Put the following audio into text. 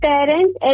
Parents